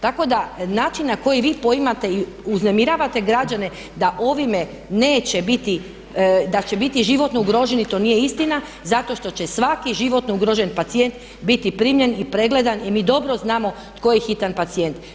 Tako da, način na koji vi poimate i uznemiravate građane da ovime neće biti, da će biti životno ugroženi to nije istina, zato što će svaki životno ugrožen pacijent biti primljen i pregledan i mi dobro znamo tko je hitan pacijent.